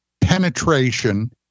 Penetration